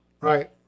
Right